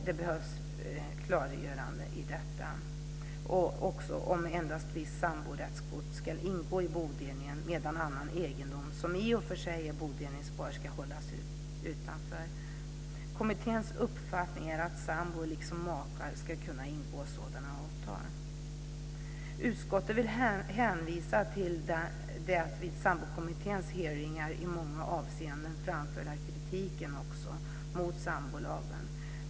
Det behövs ett klargörande i denna fråga och också om ifall endast visst samborättsgods ska ingå i bodelningen, medan annan egendom som i och för sig är bodelningsbar ska hållas utanför. Kommitténs uppfattning är att sambor liksom makar ska kunna ingå sådana avtal. Utskottet vill hänvisa till den vid sambokommitténs hearingar framförda kritiken mot sambolagen.